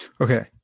Okay